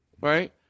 Right